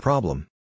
Problem